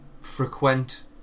frequent